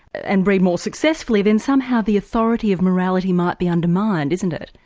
and breed more successfully, then somehow the authority of morality might be undermined isn't it?